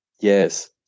Yes